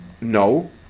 no